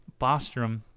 Bostrom